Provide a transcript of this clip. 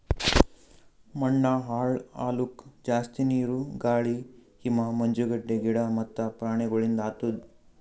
ಮಣ್ಣ ಹಾಳ್ ಆಲುಕ್ ಜಾಸ್ತಿ ನೀರು, ಗಾಳಿ, ಹಿಮ, ಮಂಜುಗಡ್ಡೆ, ಗಿಡ ಮತ್ತ ಪ್ರಾಣಿಗೊಳಿಂದ್ ಆತುದ್